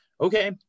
Okay